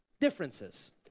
differences